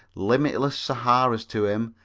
limitless saharas to him.